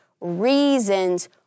reasons